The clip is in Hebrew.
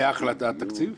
הייתה החלטה על תקציב?